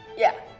yeah.